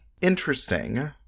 interesting